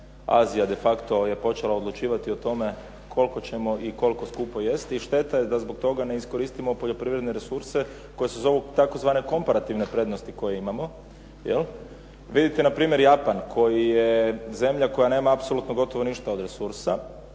Azija de facto je počela odlučivati o tome koliko ćemo i koliko skupo jesti. Šteta je da zbog toga ne iskoristimo poljoprivredne resurse koji se zovu tzv. komparativne prednosti koje imamo jel'. Vidite npr. Japan koji je zemlja koja nema apsolutno ništa od resursa.